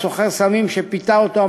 סוחר סמים שפיתה אותו,